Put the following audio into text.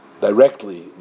directly